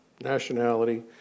nationality